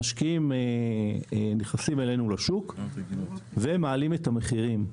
המשקיעים נכנסים אלינו לשוק ומעלים את המחירים.